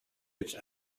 its